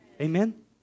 Amen